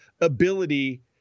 ability